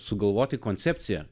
sugalvoti koncepciją